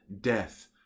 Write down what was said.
death